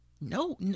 no